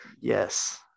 yes